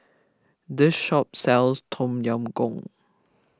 this shop sells Tom Yam Goong